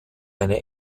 eine